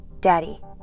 daddy